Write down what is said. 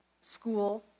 school